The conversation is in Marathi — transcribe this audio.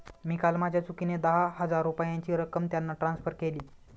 मी काल माझ्या चुकीने दहा हजार रुपयांची रक्कम त्यांना ट्रान्सफर केली